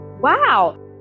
Wow